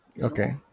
Okay